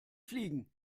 fliegen